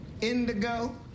indigo